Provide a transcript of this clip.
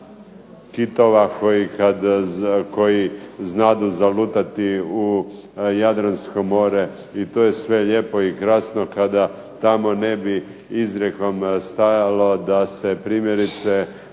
kitova koji znadu zalutati u Jadransko more. I to je sve lijepo i krasno kada tamo ne bi izrijekom stajalo da se primjerice